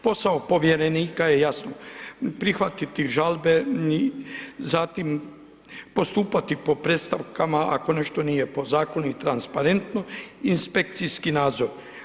Posao povjerenika je jasno prihvatiti žalbe, zatim postupati po predstavkama ako nešto nije po zakonu i transparentno i inspekcijski nadzor.